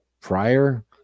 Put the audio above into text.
prior